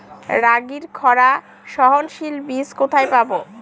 রাগির খরা সহনশীল বীজ কোথায় পাবো?